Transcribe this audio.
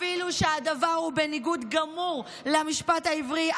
אפילו שהדבר הוא בניגוד גמור למשפט העברי,